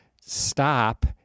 stop